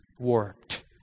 Warped